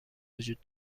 وجود